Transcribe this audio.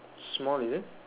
small is it